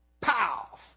Pow